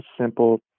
simple